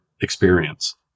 experience